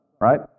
Right